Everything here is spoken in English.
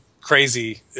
crazy